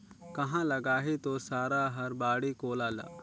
काँहा लगाही तोर सारा हर बाड़ी कोला ल